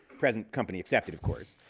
present company excepted of course.